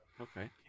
Okay